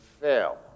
fail